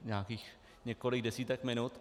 Nějakých několik desítek minut.